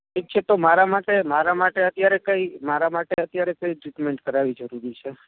ઠીક છે તો મારા માટે મારા માટે અત્યારે કઈ મારા માટે અત્યારે કઈ ટ્રીટમેંટ કરાવવી જરૂરી છે